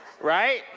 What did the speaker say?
Right